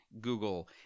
Google